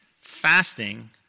fasting